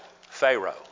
pharaoh